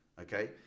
okay